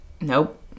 nope